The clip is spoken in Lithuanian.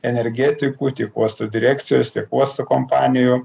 energetikų tiek uosto direkcijos tiek uosto kompanijų